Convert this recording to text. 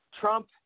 Trump